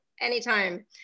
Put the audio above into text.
Anytime